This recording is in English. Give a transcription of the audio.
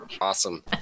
Awesome